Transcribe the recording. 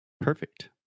Perfect